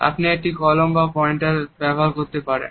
আপনি একটি কলম বা পয়েন্টার ব্যবহার করতে পারেন